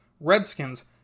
Redskins